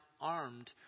armed